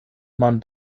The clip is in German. man